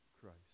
Christ